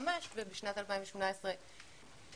1.5% ובשנת 2018 - 2.1%.